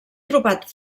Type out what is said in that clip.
trobat